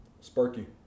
Sparky